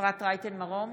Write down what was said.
אפרת רייטן מרום,